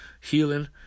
healing